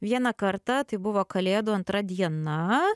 vieną kartą tai buvo kalėdų antra diena